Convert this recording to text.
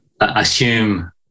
assume